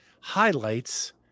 highlights